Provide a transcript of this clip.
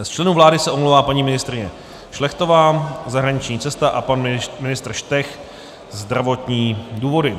Z členů vlády se omlouvá paní ministryně Šlechtová zahraniční cesta a pan ministr Štech zdravotní důvody.